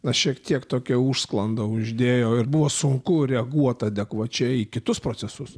na šiek tiek tokią užsklandą uždėjo ir buvo sunku reaguot adekvačiai kitus procesus